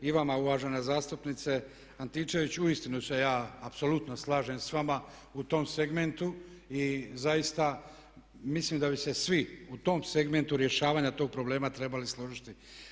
I vama uvažena zastupnice Antičević, uistinu se ja apsolutno slažem s vama u tom segmentu i zaista mislim da bi se svi u tom segmentu rješavanja tog problema trebali složiti.